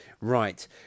right